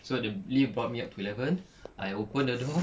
so the lift brought me up to eleven I open the door